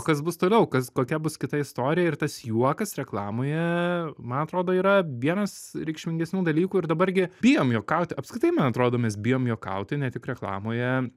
kas bus toliau kas kokia bus kita istorija ir tas juokas reklamoje man atrodo yra vienas reikšmingesnių dalykų ir dabar gi bijom juokauti apskritai man atrodo mes bijom juokauti ne tik reklamoje